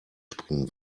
springen